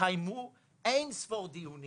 התקיימו אין ספור דיונים